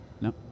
No